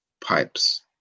pipes